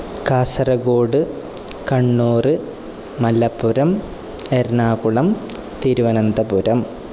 Kasaragod Kannur Malappuram Ernakulam Thiruvananthapuram